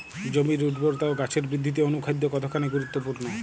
জমির উর্বরতা ও গাছের বৃদ্ধিতে অনুখাদ্য কতখানি গুরুত্বপূর্ণ?